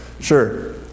Sure